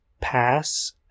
pass